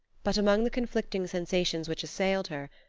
but among the conflicting sensations which assailed her,